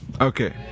Okay